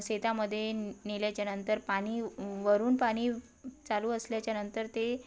शेतामध्ये नेल्याच्यानंतर पाणी वरून पाणी चालू असल्याच्यानंतर ते